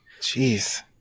Jeez